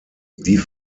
die